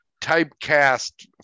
typecast